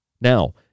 Now